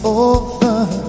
over